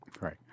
Right